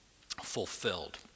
fulfilled